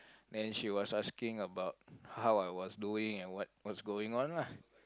then she was asking about how I was doing and what what's going on lah